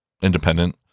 independent